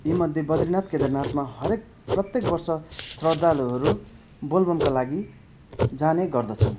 यी मध्ये बद्रीनाथ केदारनाथमा हरएक प्रत्येक वर्ष श्रद्धालुहरू बोलबमका लागि जाने गर्दछन्